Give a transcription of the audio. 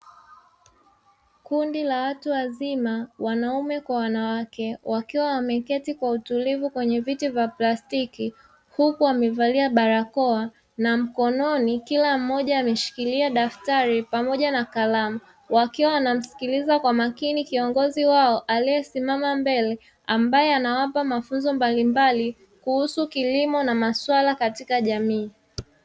Kundi watu wazima wanaume kwa wanawake wakiwa wameketi kwa utulivu kwenye viti vya plastiki, huku wamevalia barakoa na mkononi kila mmoja ameshikilia daftari pamoja na kalamu wakiwa wanamusikiliza kwa makini kiongozi wao, aliyesimama mbele ambaye anawapa mafunzo mbalimbali kuhusu kilimo na maswala katika jamii.